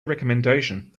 recomendation